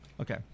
Okay